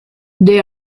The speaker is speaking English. they